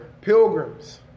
pilgrims